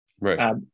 Right